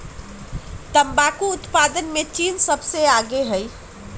तंबाकू उत्पादन में चीन सबसे आगे हई